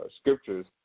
scriptures